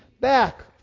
back